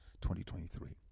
2023